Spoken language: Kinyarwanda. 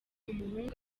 umuhungu